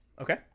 Okay